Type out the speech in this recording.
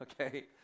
okay